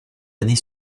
années